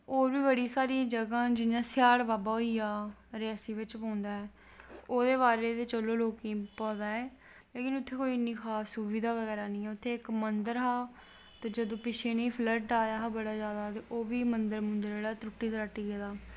होर बी बड़ियां सारियां जगांह् न जियां स्याड़ बाबा होई गेआ रियासी बिच्च पौंदा ऐ ओह्दे बारे च ते खैर लोकें गी पता ऐ उत्थें कोई इन्नी कास सुविधा बगैरा नी ऐ उत्थें इक मन्दर हा ते जदूं पिच्छें जेह् फ्लड आया हा ते ओह् बी मन्दर जेह्ड़ा त्रुट्टी त्रट्टी गेदा